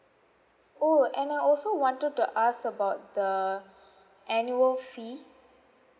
oh and I also wanted to ask about the annual fee